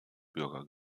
bürger